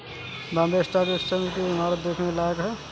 Bombay stock exchange की इमारत देखने लायक है